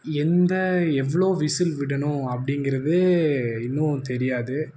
எந்த எவ்வளோ விசில் விடணும் அப்படிங்கிறதே இன்னும் தெரியாது